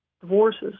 Divorces